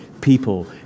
people